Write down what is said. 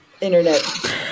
internet